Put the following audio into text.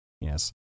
Yes